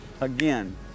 again